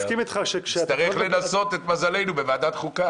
נצטרך לנסות את מזלנו בוועדת החוקה.